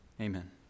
amen